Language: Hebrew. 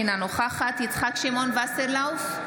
אינה נוכחת יצחק שמעון וסרלאוף,